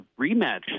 rematch